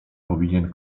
powinien